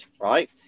Right